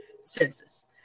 census